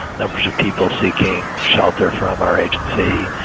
numbers of people seeking shelter from our agency,